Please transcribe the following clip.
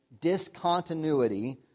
discontinuity